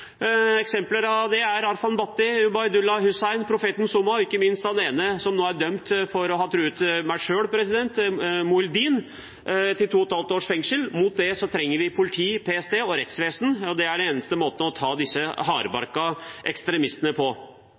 Eksempler på det er Arfan Bhatti, Ubaydullah Hussain, Profetens Ummah, og ikke minst han som nå er dømt til to og et halvt års fengsel for å ha truet meg selv, Mohyeldeen. Mot dem trenger vi politi, PST og rettsvesen – det er den eneste måten å ta disse hardbarka ekstremistene på.